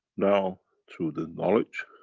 now through the knowledge,